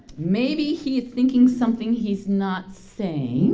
maybe he is thinking something he's not saying